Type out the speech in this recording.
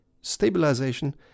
stabilization